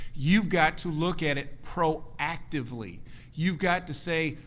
you've got to look at it proactively. you've got to say,